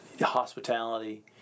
hospitality